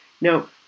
Now